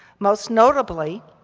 most notably,